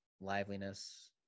liveliness